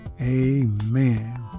Amen